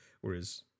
Whereas